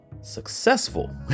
successful